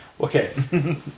Okay